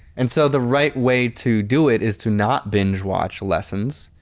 and so, the right way to do it is to not binge watch lessons.